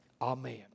Amen